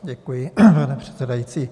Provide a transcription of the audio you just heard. Děkuji, pane předsedající.